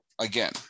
again